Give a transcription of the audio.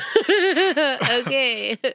Okay